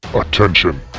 Attention